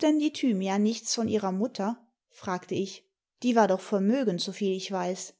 denn die thymian nichts von ihrer mutter fragte ich die war doch vermögend soviel ich weiß